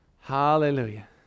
Hallelujah